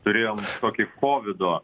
turėjom tokį kovido